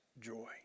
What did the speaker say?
joy